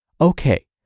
okay